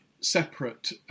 separate